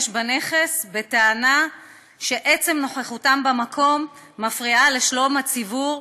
בנכס בטענה שעצם נוכחותם במקום מפריעה לשלום הציבור,